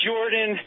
Jordan